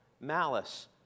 malice